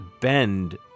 bend